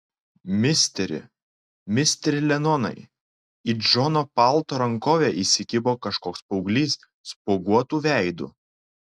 misteri misteri lenonai į džono palto rankovę įsikibo kažkoks paauglys spuoguotu veidu